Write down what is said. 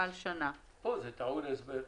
על שנה." זה טעון הסבר.